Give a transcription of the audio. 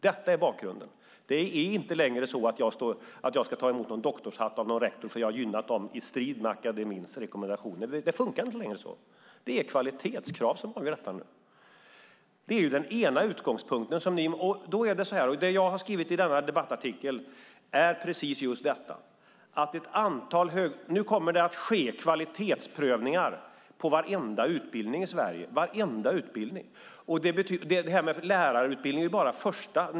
Detta är bakgrunden. Det är inte längre så att jag kan ta emot en doktorshatt av någon rektor för att jag har gynnat dem i strid med akademins rekommendationer. Det funkar inte så längre. Det är kvalitetskrav som avgör detta nu. Detta är den ena utgångspunkten. Nu kommer det att ske kvalitetsprövningar av varenda utbildning i Sverige, och det är precis just det jag har skrivit i denna debattartikel. Lärarutbildningen är bara den första.